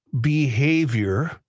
behavior